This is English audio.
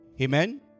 Amen